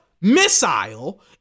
missile